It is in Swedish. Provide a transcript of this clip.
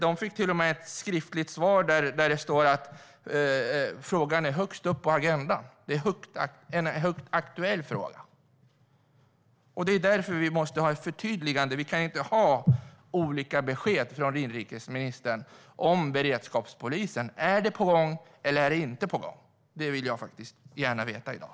De fick till och med ett skriftligt svar där det står att frågan är högst upp på agendan. Det är en högaktuell fråga. Det är därför vi måste ha ett förtydligande. Vi kan inte ha olika besked från inrikesministern om beredskapspolisen. Är det på gång, eller är det inte på gång? Det vill jag gärna veta i dag.